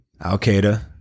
Al-Qaeda